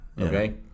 Okay